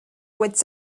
wits